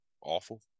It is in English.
awful